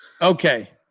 Okay